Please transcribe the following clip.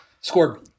scored